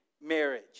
marriage